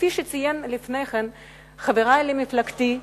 כפי שציין לפני כן חברי למפלגה,